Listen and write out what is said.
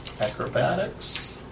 Acrobatics